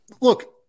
look